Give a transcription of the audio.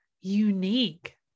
unique